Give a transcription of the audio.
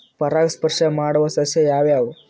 ಪರಾಗಸ್ಪರ್ಶ ಮಾಡಾವು ಸಸ್ಯ ಯಾವ್ಯಾವು?